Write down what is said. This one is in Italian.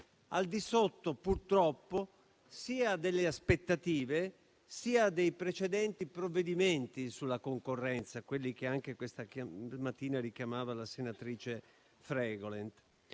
al di sotto, purtroppo, sia delle aspettative sia dei precedenti provvedimenti sulla concorrenza, quelli che anche questa mattina richiamava la senatrice Fregolent.